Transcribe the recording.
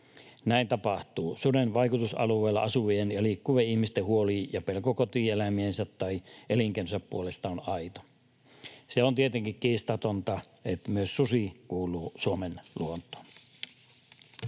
Näin tapahtuu. Suden vaikutusalueella asuvien ja liikkuvien ihmisten huoli ja pelko kotieläimiensä tai elinkeinonsa puolesta on aito. Se on tietenkin kiistatonta, että myös susi kuuluu Suomen luontoon.